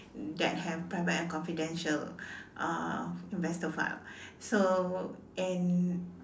that have private and confidential uh investor file so and